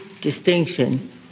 distinction